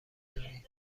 دارید